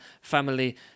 family